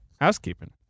Housekeeping